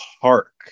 Park